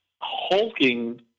hulking